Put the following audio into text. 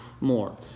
more